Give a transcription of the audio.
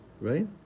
right